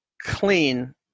clean